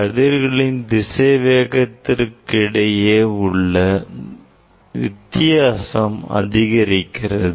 கதிர்களின் திசை வேகத்திற்கு இடையே உள்ள வித்தியாசம் அதிகரிக்கிறது